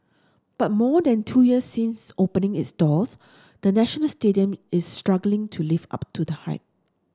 but more than two years since opening its doors the National Stadium is struggling to live up to the hype